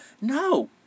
No